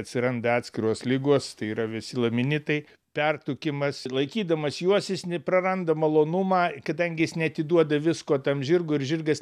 atsiranda atskiros ligos tai yra visi laminitai pertukimas laikydamas juos jis ne praranda malonumą kadangi jis neatiduoda visko tam žirgui ir žirgas